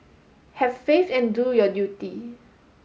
have faith and do your duty